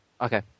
Okay